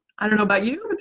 i don't know about you,